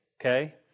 okay